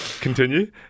Continue